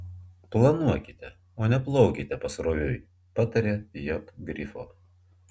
planuokite o ne plaukite pasroviui pataria j grifo